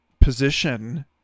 position